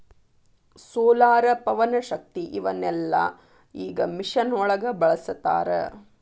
solar, ಪವನಶಕ್ತಿ ಇವನ್ನೆಲ್ಲಾ ಈಗ ಮಿಷನ್ ಒಳಗ ಬಳಸತಾರ